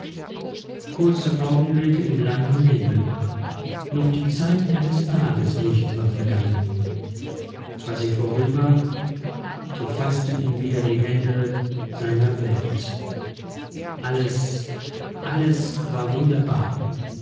kurze augenblicke im langen leben noch die zeit eines tages nicht war vergangen war sie vorüber so faßten ihn wieder die hände seiner welt alles war wunderbar